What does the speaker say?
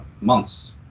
months